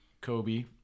Kobe